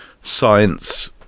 science